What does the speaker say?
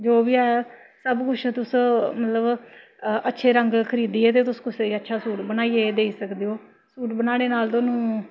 जो बी ऐ सब कुछ तुस मतलब अच्छे रंग खरीदियै ते तुस कुसै गी अच्छे सूट बनाइयै देई सकदे ओ सूट बनाने नाल तोआनू